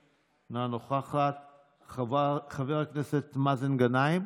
אבל זה מה שהממשלה שמה לנגד עיניה,